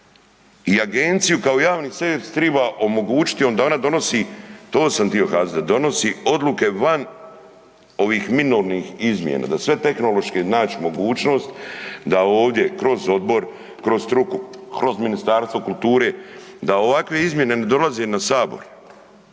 I agenciju kao javni servis triba omogućit joj da ona donosi, to sam tio kazati, da donosi odluke van ovih minornih izmjena, da sve tehnološke nać mogućnost da ovdje kroz odbor, kroz struku, kroz Ministarstvo kulture, da ovakve izmjene ne dolaze na sabor,